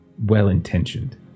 Well-intentioned